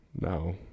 No